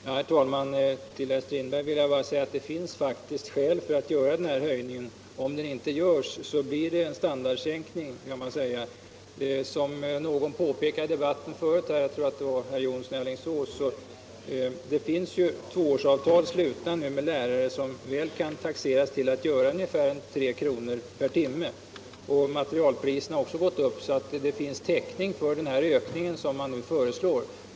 Herr talman! Jag vill bara säga till herr Strindberg att det faktiskt finns skäl att göra denna höjning. Om den inte görs blir det en standardsänkning. Såsom någon påpekade förut i debatten — jag tror att det var herr Jonsson i Alingsås — finns det tvåårsavtal slutna med lärare. Man kan beräkna att de avtalen kommer att innebära ungefär 3 kr. per timme. Materialpriserna har också gått upp. Det finns alltså täckning för den föreslagna ökningen.